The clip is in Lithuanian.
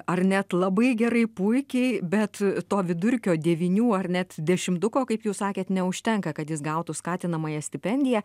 ar net labai gerai puikiai bet to vidurkio devynių ar net dešimtuko kaip jūs sakėt neužtenka kad jis gautų skatinamąją stipendiją